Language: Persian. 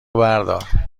بردار